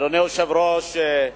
אדוני היושב-ראש,